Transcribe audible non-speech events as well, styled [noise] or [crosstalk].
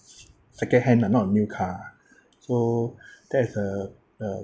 secondhand lah not a new car so [breath] that is a a